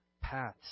paths